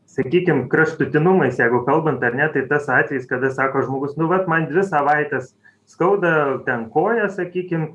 sakykim kraštutinumais jeigu kalbant ar ne tai tas atvejis kada sako žmogus nu vat man dvi savaites skauda ten koją sakykim